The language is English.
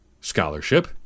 scholarship